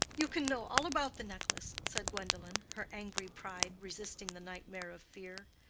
you can know all about the necklace, said gwendolen, her angry pride resisting the nightmare of fear.